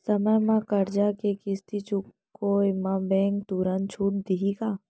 समय म करजा के किस्ती चुकोय म बैंक तुरंत छूट देहि का?